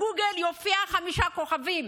היא דאגה שבגוגל יופיעו חמישה כוכבים